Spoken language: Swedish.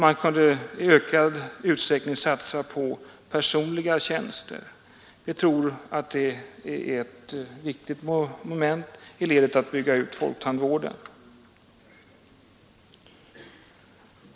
Man kunde i ökad utsträckning satsa på personliga tjänster. Vi tror att det är ett viktigt moment i arbetet med att bygga ut folktandvården.